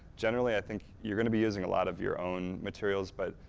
generally i think you're going to be using a lot of your own materials but,